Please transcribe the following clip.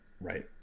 right